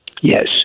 Yes